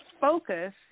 focus